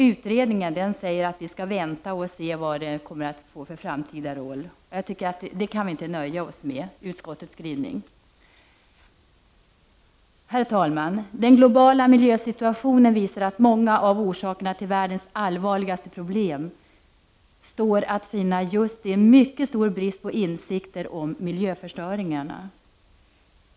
Utredningen säger att man skall vänta och se vad den kommer att få för framtida roll. Den skrivningen från utskottet kan vi inte nöja oss med. Herr talman! Den globala miljösituationen visar att många av orsakerna till världens allvarligaste problem står att finna just i en mycket stor brist på insikter om miljöförstöringarna.